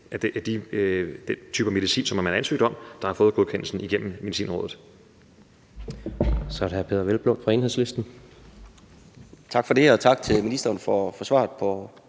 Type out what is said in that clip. af de typer medicin, som der har været ansøgt om at få godkendt igennem Medicinrådet.